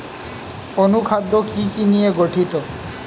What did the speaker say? অনুখাদ্য কি কি নিয়ে গঠিত?